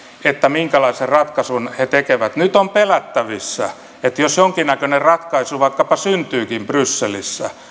minkälaisen ratkaisun he tekevät nyt on pelättävissä että jos jonkinnäköinen ratkaisu vaikkapa syntyykin brysselissä niin